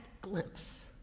glimpse